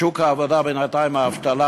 בשוק העבודה, בינתיים, האבטלה